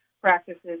practices